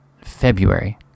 February